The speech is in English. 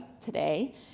today